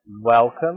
Welcome